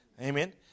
Amen